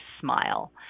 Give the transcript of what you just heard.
smile